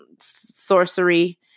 sorcery